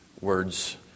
words